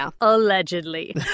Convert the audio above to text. Allegedly